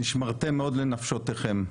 "נשמרתם מאוד לנפשותיכם".